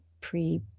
pre